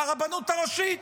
הרבנות הראשית,